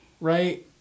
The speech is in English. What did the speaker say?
right